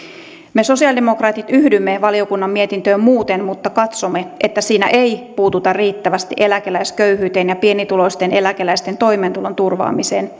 me sosiaalidemokraatit yhdymme valiokunnan mietintöön muuten mutta katsomme että siinä ei puututa riittävästi eläkeläisköyhyyteen ja pienituloisten eläkeläisten toimeentulon turvaamiseen